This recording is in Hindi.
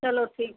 चलो ठीक